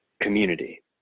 community